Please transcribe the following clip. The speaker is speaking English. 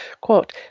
quote